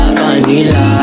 vanilla